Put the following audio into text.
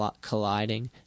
colliding